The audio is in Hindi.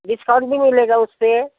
डिस्काउंट भी मिलेगा उस पर